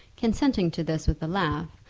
consenting to this with a laugh,